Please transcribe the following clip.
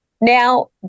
Now